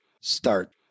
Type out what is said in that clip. start